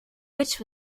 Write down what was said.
which